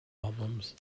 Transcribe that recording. albums